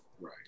Right